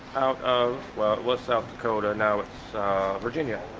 out of well what south dakota now it's virginia